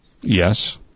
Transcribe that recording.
Yes